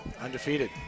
Undefeated